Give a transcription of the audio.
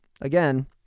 again